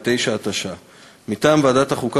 התש"ע 2009: מטעם ועדת החוקה,